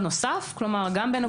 גם בין